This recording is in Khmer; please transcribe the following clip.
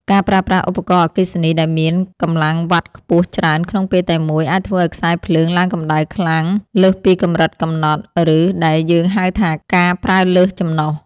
ការប្រើប្រាស់ឧបករណ៍អគ្គិសនីដែលមានកម្លាំងវ៉ាត់ខ្ពស់ច្រើនក្នុងពេលតែមួយ អាចធ្វើឱ្យខ្សែភ្លើងឡើងកម្ដៅខ្លាំងលើសពីកម្រិតកំណត់ ឬដែលយើងហៅថាការប្រើលើសចំណុះ។